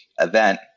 event